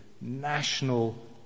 national